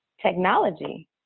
technology